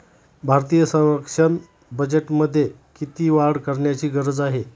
भारतीय संरक्षण बजेटमध्ये किती वाढ करण्याची गरज आहे?